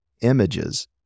images